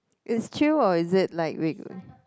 it's chill or is it like rig~